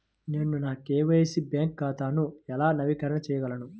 నేను నా KYC bank ఖాతాను ఎలా నవీకరణ చేయగలను?